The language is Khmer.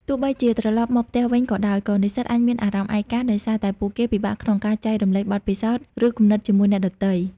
ទោះបីជាត្រឡប់មកផ្ទះវិញក៏ដោយ ក៏និស្សិតអាចមានអារម្មណ៍ឯកា ដោយសារតែពួកគេពិបាកក្នុងការចែករំលែកបទពិសោធន៍ ឬគំនិតជាមួយអ្នកដទៃ។